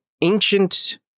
ancient